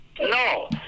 No